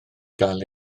gael